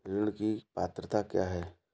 ऋण की पात्रता क्या है?